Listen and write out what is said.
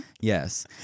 Yes